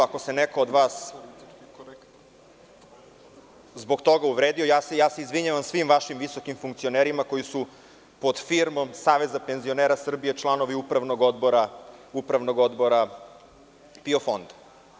Ako se neko od vas zbog toga uvredio, izvinjavam se svim vašim visokim funkcionerima koji su pod firmom Saveza penzionera Srbije članovi Upravnog odbora PIO fonda.